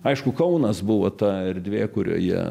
aišku kaunas buvo ta erdvė kurioje